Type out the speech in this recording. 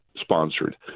sponsored